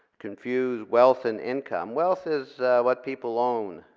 confuse wealth and income. wealth is what people own,